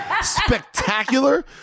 Spectacular